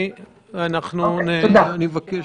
אני מבקש